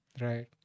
Right